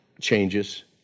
changes